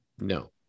No